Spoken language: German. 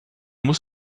muss